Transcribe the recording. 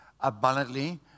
abundantly